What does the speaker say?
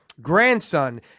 grandson